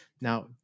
Now